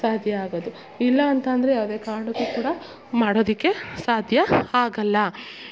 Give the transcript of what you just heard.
ಸಾಧ್ಯ ಆಗೋದು ಇಲ್ಲ ಅಂತಂದರೆ ಯಾವುದೇ ಕಾರಣಕ್ಕು ಕೂಡ ಮಾಡೋದಕ್ಕೆ ಸಾಧ್ಯ ಆಗೋಲ್ಲ